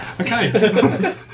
Okay